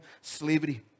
slavery